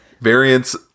variants